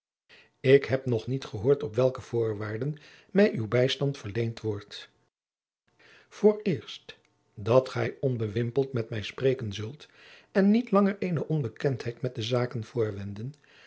ik heb nog niet gehoord op welke voorwaarden mij uw bijstand verleend wordt vooreerst dat gij onbewimpeld met mij spreken zult en niet langer eene onbekendheid met de zaken